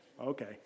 Okay